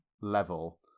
level